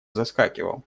заскакивал